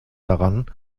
daran